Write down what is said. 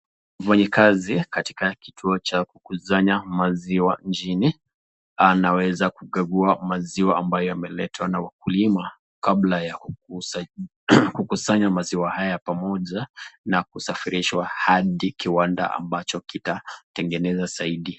Mfanyi kazi katika kituo cha kusanya maziwa nchini anaweza kugagua maziwa ambayo yameletwa na mkulima kabla ya kukusanya maziwa haya pamoja na kusafirishwa hadi kiwanda ambacho kitatengeneza zidi.